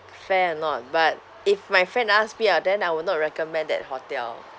fair or not but if my friend ask me ah then I will not recommend that hotel